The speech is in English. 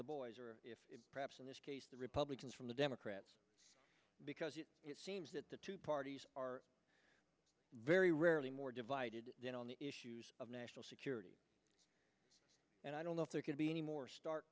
the boys or perhaps in this case the republicans from the democrats because it seems that the two parties are very rarely more divided on the issues of national security and i don't know if there could be any more stark